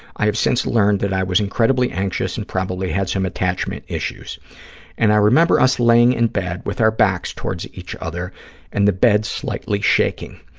i have since learned that i was incredibly anxious and probably had some attachment issues and i remember us laying in bed with our backs towards each other and the bed slightly shaking.